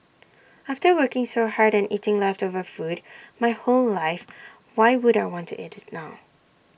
after working so hard and eating leftover food my whole life why would I want to eat IT now